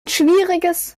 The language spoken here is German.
schwieriges